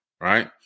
Right